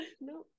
no